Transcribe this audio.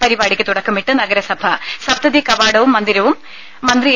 പരിപാടിക്ക് തുടക്കമിട്ട് നഗരസഭ സത്പതി കവാടവും മന്ദിരവും മന്ത്രി എ